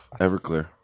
Everclear